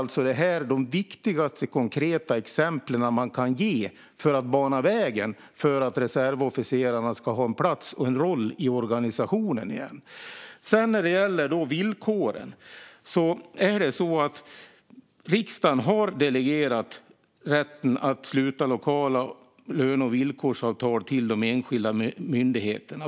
Detta är de viktigaste konkreta exempel man kan ge för att bana väg för att reservofficerarna ska ha en plats och en roll i organisationen igen. När det sedan gäller villkoren har riksdagen delegerat rätten att sluta lokala löne och villkorsavtal till de enskilda myndigheterna.